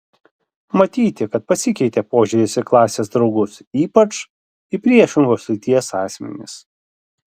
matyti kad pasikeitė požiūris į klasės draugus ypač į priešingos lyties asmenis